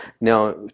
Now